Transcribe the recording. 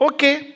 Okay